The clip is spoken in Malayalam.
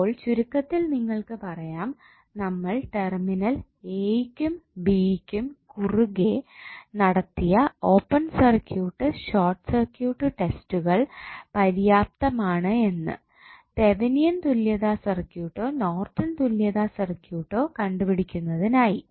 ഇപ്പോൾ ചുരുക്കത്തിൽ നിങ്ങൾക്ക് പറയാം നമ്മൾ ടെർമിനൽ എ യ്ക്കും ബി യ്ക്കും കുറുകെ നടത്തിയ ഓപ്പൺ സർക്യൂട്ട് ഷോർട്ട് സർക്യൂട്ട് ടെസ്റ്റുകൾ പര്യാപ്തമാണ് എന്ന് തെവനിയൻ തുല്യത സർക്യൂട്ടോ നോർട്ടൺ തുല്യത സർക്യൂട്ടോ കണ്ട് പിടിക്കുന്നതിനായി